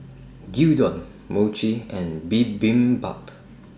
Gyudon Mochi and Bibimbap